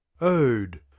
Ode